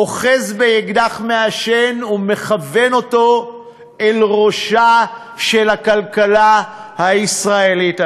אוחז באקדח מעשן ומכוון אותו אל ראשה של הכלכלה הישראלית,